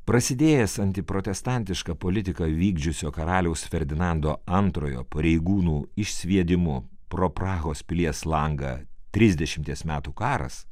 prasidėjęs antiprotestantišką politiką vykdžiusio karaliaus ferdinando antrojo pareigūnų išsviedimu pro prahos pilies langą trisdešimties metų karas